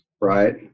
right